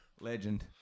Legend